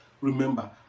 remember